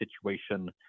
situation